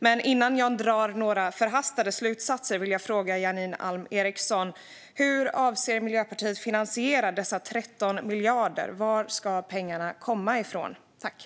Men innan jag drar några förhastade slutsatser frågar jag Janine Alm Ericson: Hur avser Miljöpartiet att finansiera dessa 13 miljarder? Var ska pengarna tas?